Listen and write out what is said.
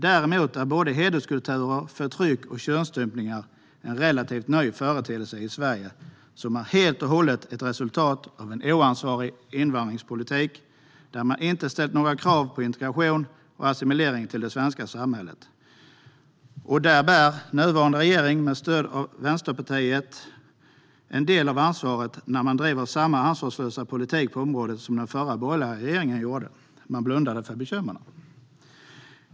Däremot är hederskulturer, förtryck och könsstympningar relativt nya företeelser i Sverige, som helt och hållet är ett resultat av en oansvarig invandringspolitik där man inte ställt några krav på integration och assimilering till det svenska samhället. Där bär nuvarande regering med stöd av Vänsterpartiet en del av ansvaret, då man driver samma ansvarslösa politik på området som den förra borgerliga regeringen gjorde. Man blundar för bekymren.